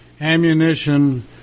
ammunition